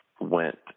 went